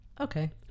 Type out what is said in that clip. Okay